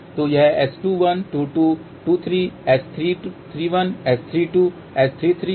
तो यह S21 S22 S23 S31 S32 S33 है